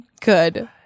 Good